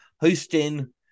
hosting